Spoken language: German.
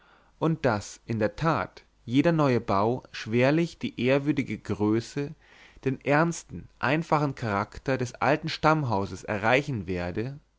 und daß in der tat jeder neue bau schwerlich die ehrwürdige größe den ernsten einfachen charakter des alten stammhauses erreichen werde